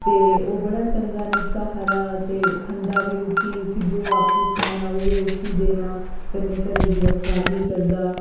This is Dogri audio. ते ओह् बड़ा चंगा निक्का हारा ते खंदा बी रुट्टी उसी जो आपूं खाना उ'यै उसी देना कन्नै घरै दी रखवाली करदा